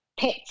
pets